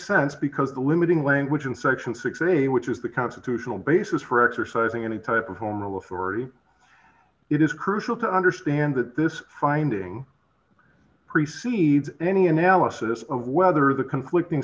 sense because the limiting language in section six a which is the constitutional basis for exercising any type of home rule of henri it is crucial to understand that this finding preceded any analysis of whether the conflicting